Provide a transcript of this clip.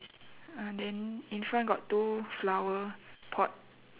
ah then in front got two flower pot